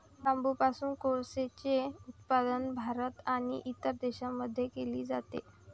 बांबूपासून कोळसेचे उत्पादन भारत आणि इतर देशांमध्ये केले जाते